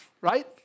right